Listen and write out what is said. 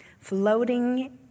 floating